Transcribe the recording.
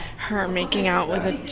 her making out with a